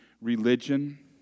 religion